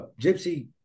Gypsy